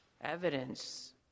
Evidence